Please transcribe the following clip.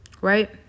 Right